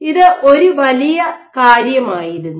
ഇത് ഒരു വലിയ കാര്യമായിരുന്നു